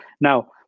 Now